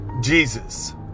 Jesus